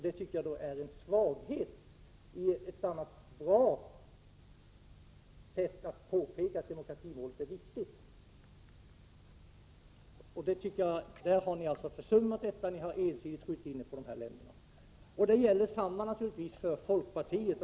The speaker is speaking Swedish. Det tycker jag är en svaghet i ett annars bra sätt att påpeka att demokratimålet är viktigt. Jag tycker att ni har försummat detta då ni ensidigt har skjutit in er på de här länderna. Samma sak gäller naturligtvis för folkpartiet.